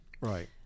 Right